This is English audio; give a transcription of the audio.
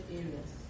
areas